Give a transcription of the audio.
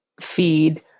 feed